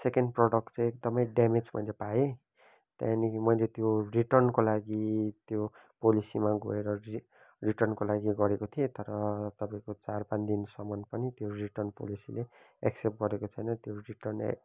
second product चाहिँ एकदमै damage मैले पाएँ त्यहाँनिर मैले रिटर्नको लागि त्यो पोलिसी गएर जे रिटर्नको लागि गरेको थिएँ तर तपाईँको चार पान दिनसम्म पनि त्यो रिटर्न पोलिसीले एक्सेप्ट गरेको छैन त्यो रिटर्न ए